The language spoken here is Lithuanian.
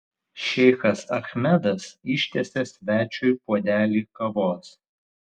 šeichas achmedas ištiesia svečiui puodelį kavos